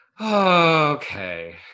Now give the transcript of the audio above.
okay